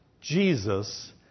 Jesus